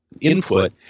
input